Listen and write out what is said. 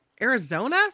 arizona